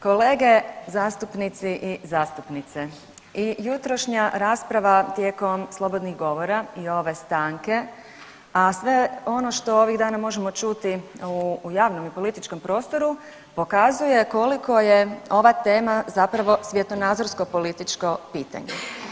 Kolege zastupnici i zastupnice i jutrošnja rasprava tijekom slobodnih govora i ove stanke, a sve ono što ovih dana možemo čuti u javnom i političkom prostoru pokazuje koliko je ova tema zapravo svjetonazorsko političko pitanje.